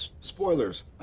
Spoilers